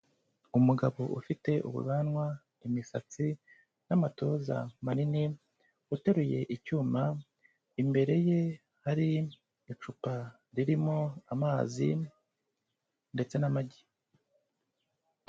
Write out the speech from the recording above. Umugabo ufite ubwanwa, imisatsi n'amatuza manini, uteruye icyuma, imbere ye hari icupa ririmo amazi ndetse n'amagi.